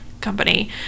company